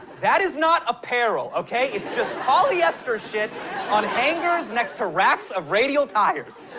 that is not apparel, okay? it's just polyester shit on hangers next to racks of radial tires.